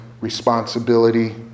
responsibility